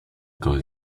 got